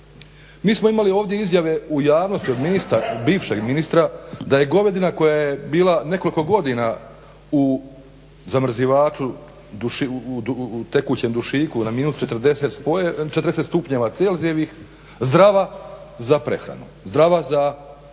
MI smo imali ovdje izjave u javnosti od ministra, bivšeg ministra da je govedina koja je bila nekoliko godina u zamrzivaču, u tekućem dušiku na minus 40 stupnjeva celzijevih zdrava za prehranu, zdrava za konzumiranje.